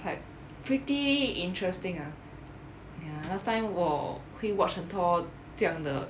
like pretty interesting ah ya last time 我会 watch 很多这样的